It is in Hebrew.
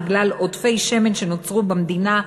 בגלל עודפי שמן שנוצרו במדינה,